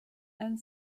and